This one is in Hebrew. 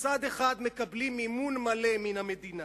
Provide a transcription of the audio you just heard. מצד אחד, מקבלים מימון מלא מן המדינה,